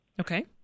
Okay